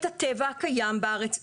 את הטבע הקיים בארץ.